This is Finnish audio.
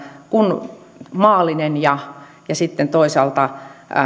kun maallinen ja ja sitten toisaalta